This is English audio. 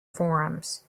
forums